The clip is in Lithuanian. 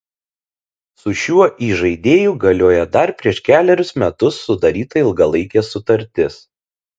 su šiuo įžaidėju galioja dar prieš kelerius metus sudaryta ilgalaikė sutartis